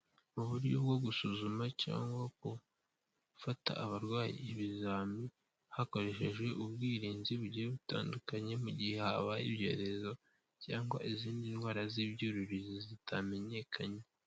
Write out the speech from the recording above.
Uburyo bwo gusuzuma cyangwa gufata abarwayi ibizami hakoreshejwe ubwirinzi bugiye butandukanye, mu gihe habaye ibyorezo cyangwa izindi ndwara z'ibyuririzi zitamenyekanye.